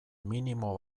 minimo